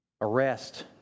arrest